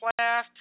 Plast